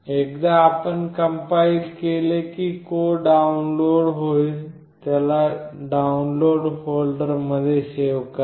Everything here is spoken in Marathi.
एकदा आपण कंपाईल केले की कोड डाउनलोड होईल त्याला डाउनलोड फोल्डर मध्ये सेव करा